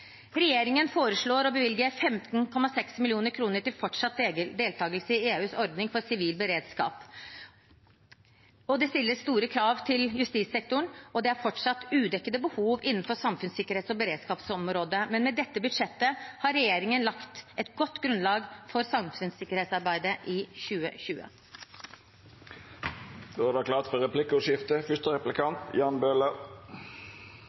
Regjeringen foreslår å bevilge 15,6 mill. kr til fortsatt deltakelse i EUs ordning for sivil beredskap. Det stilles store krav til justissektoren, og det er fortsatt udekkede behov innenfor samfunnssikkerhets- og beredskapsområdet, men med dette budsjettet har regjeringen lagt et godt grunnlag for samfunnssikkerhetsarbeidet i 2020. Det vert replikkordskifte. Beskyttelse av sivilbefolkningen er